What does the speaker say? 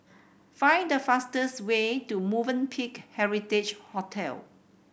find the fastest way to Movenpick Heritage Hotel